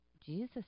Jesus